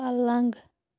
پلنٛگ